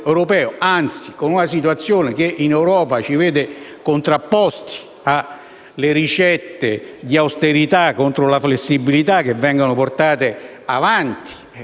anzi, la situazione in Europa ci vede contrapposti alle ricette di austerità (contro la flessibilità) che vengono portate avanti